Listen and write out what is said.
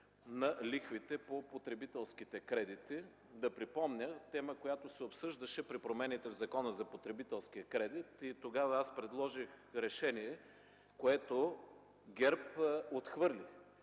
на лихвите по потребителските кредити. Да припомня – това е тема, която се обсъждаше при промените в Закона за потребителския кредит. Тогава аз предложих решение, което ГЕРБ отхвърли.